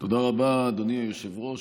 רבה, אדוני היושב-ראש.